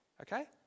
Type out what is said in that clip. Okay